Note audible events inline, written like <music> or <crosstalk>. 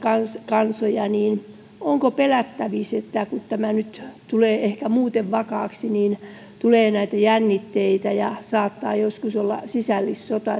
kansoja niin onko pelättävissä että kun tämä nyt tulee ehkä muuten vakaaksi niin tulee jännitteitä ja saattaa joskus olla sisällissota <unintelligible>